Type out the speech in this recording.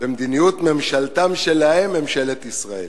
במדיניות ממשלתם שלהם, ממשלת ישראל.